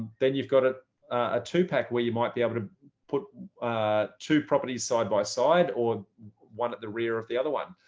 then you've got a ah two pack where you might be able to put two properties side by side or one at the rear of the other one.